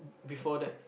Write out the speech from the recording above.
before that